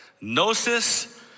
gnosis